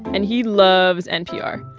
and he loves npr.